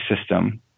system